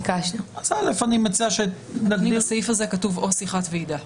בסעיף הזה כתוב "או שיחת ועידה".